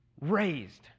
raised